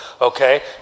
Okay